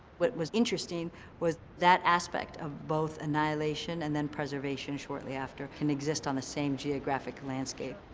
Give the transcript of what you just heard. what was interesting was that aspect of both annihilation and then preservation shortly after can exist on the same geographic landscape.